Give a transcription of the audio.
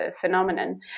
phenomenon